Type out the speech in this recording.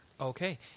Okay